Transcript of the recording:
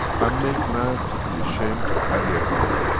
um make man to be ashamed to carry a gun,